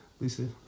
Lisa